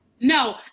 No